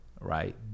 right